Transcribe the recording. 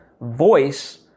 voice